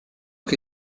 que